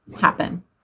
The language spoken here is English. happen